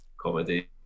comedy